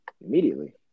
immediately